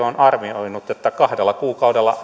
on arvioinut että kahdella kuukaudella